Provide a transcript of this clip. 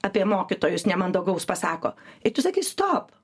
apie mokytojus nemandagaus pasako ir tu sakai stop